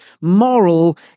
moral